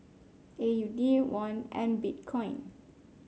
A U D Won and Bitcoin